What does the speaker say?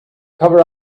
cover